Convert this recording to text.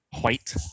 White